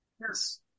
yes